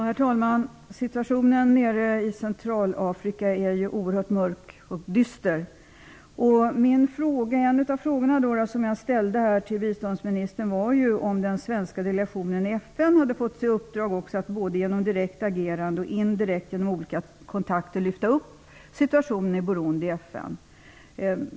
Herr talman! Situationen nere i Centralafrika är oerhört mörk och dyster. En av frågorna som jag ställde till biståndsministern var om den svenska delegationen i FN har fått i uppdrag att lyfta upp situationen i Burundi både genom direkt agerande och indirekt genom olika kontakter.